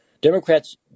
Democrats